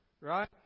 Right